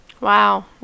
Wow